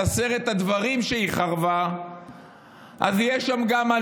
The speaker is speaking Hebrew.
בעשרת הדברים שהיא חרבה עליהם יש גם על